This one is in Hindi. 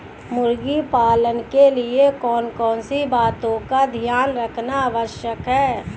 मुर्गी पालन के लिए कौन कौन सी बातों का ध्यान रखना आवश्यक है?